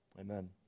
Amen